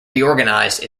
reorganized